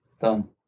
Done